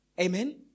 Amen